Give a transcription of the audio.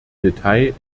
detail